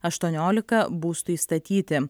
aštuoniolika būstui statyti